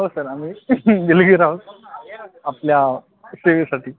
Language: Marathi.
हो सर आम्ही दिलगीर आहोत आपल्या सेवेसाठी